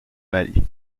mali